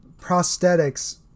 prosthetics